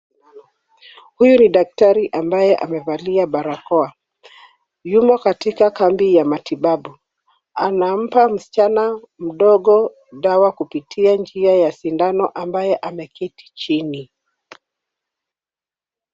Huyu ni daktari ambaye amevalia barakoa yumo katika kambi ya matibabu anampa msichana mdogo dawa kupitia njia ya sindano ambaye amekiti chini.